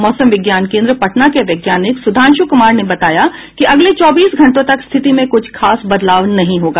मौसम विज्ञान केन्द्र पटना के वैज्ञानिक सुधांशु कुमार ने बताया कि अगले चौबीस घंटों तक स्थिति में कुछ खास बदलाव नहीं होगा